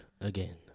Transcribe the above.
again